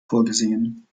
vorgesehen